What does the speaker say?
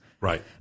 right